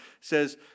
says